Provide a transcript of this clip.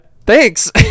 Thanks